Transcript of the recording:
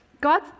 God